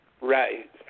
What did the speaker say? Right